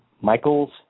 Michaels